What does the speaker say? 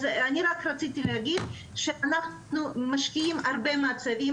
אני רק רציתי להגיד שאנחנו משקיעים הרבה משאבים